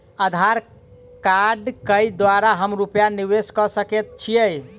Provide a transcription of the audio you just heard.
आधार कार्ड केँ द्वारा हम रूपया निवेश कऽ सकैत छीयै?